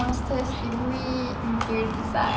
masters graduate interior design